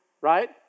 right